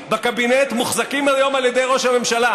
בקבינט מוחזקים היום על ידי ראש הממשלה.